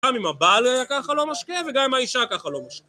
גם אם הבעל היה ככה לא משקה וגם אם האישה ככה לא משקה